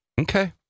Okay